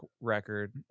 record